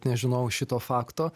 nežinojau šito fakto